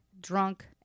drunk